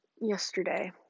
yesterday